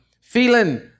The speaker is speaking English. feeling